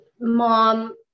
mom